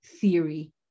theory